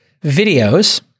videos